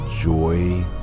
joy